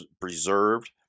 preserved